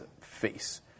face